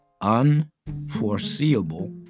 unforeseeable